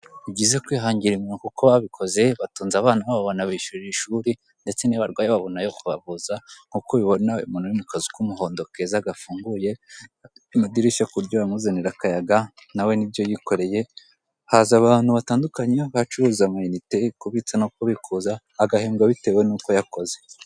Ni byiza kwihangira imirimo kuko ababikoze batunze abana babo banabishyurira ishuri, ndetse n'iyo barwaye babona ayo kubavuza, nkuko ubibona uyu muntu uri mu kazu k'umuhondo keza gafunguye amadirishya ku buryo yamuzanira akayaga nawe nibyo yikoreye, haza abantu batandukanye kuko acuruza ama inite, kubitsa no kubikuza agahembwa bitewe n'uko yakoze.